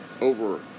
over